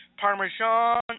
parmesan